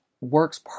works